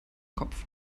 kopf